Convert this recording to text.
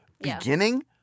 beginning